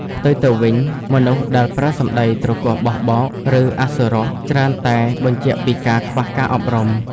ផ្ទុយទៅវិញ មនុស្សដែលប្រើសម្ដីទ្រគោះបោះបោក ឬអសុរោះ ច្រើនតែបញ្ជាក់ពីការខ្វះការអប់រំ។